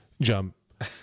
jump